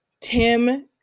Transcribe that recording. Tim